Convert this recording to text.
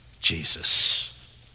Jesus